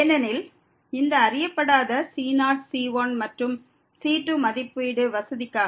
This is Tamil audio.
ஏனெனில் இந்த அறியப்படாத c0 c1 மற்றும் c2ன் மதிப்பீடு வசதிக்காக